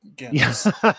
Yes